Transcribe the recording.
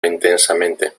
intensamente